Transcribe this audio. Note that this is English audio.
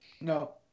No